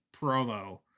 promo